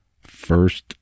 first